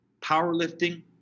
powerlifting